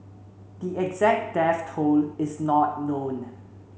the exact death toll is not known